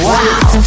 Wow